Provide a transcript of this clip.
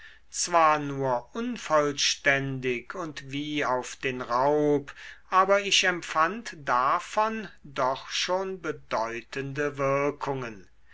zwar nur unvollständig und wie auf den raub aber ich empfand davon doch schon bedeutende wirkungen